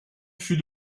fut